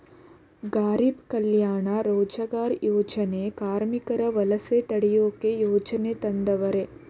ಗಾರೀಬ್ ಕಲ್ಯಾಣ ರೋಜಗಾರ್ ಯೋಜನೆ ಕಾರ್ಮಿಕರ ವಲಸೆ ತಡಿಯೋಕೆ ಯೋಜನೆ ತಂದವರೆ